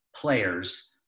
players